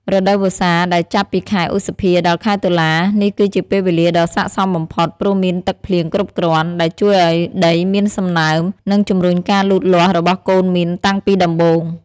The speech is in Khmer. រដូវវស្សា ដែលចាប់ពីខែឧសភា ដល់ ខែតុលា នេះគឺជាពេលវេលាដ៏ស័ក្តិសមបំផុត ព្រោះមានទឹកភ្លៀងគ្រប់គ្រាន់ ដែលជួយឱ្យដីមានសំណើម និងជំរុញការលូតលាស់របស់កូនមៀនតាំងពីដំបូង។